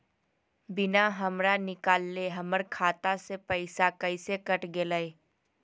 बिना हमरा निकालले, हमर खाता से पैसा कैसे कट गेलई?